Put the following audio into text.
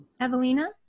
Evelina